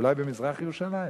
אולי במזרח-ירושלים?